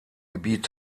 gebiet